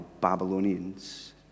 Babylonians